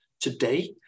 today